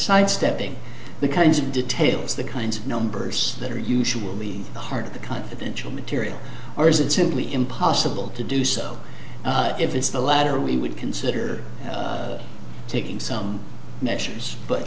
sidestepping the kinds of details the kinds of numbers that are usually the heart of the confidential material or is it simply impossible to do so if it's the latter we would consider taking some measures but